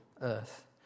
earth